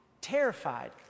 terrified